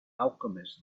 alchemist